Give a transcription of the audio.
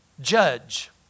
judge